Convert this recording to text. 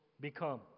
become